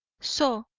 so!